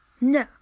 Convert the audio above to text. no